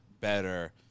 better